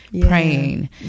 praying